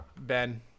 Ben